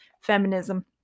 feminism